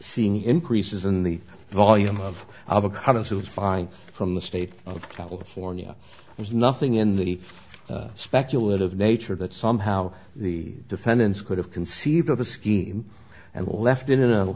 seeing increases in the volume of avocados who find from the state of california there's nothing in the speculative nature that somehow the defendants could have conceived of the scheme and left it in a